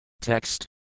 Text